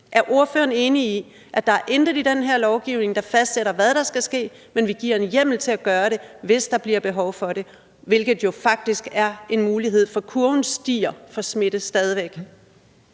Er ordføreren enig i, at der intet er i den her i lovgivning, der fastsætter, hvad der skal ske, men at vi giver en hjemmel til at gøre det, hvis der bliver behov for det, hvilket jo faktisk er en mulighed, for kurven for smitte stiger